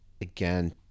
again